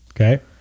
okay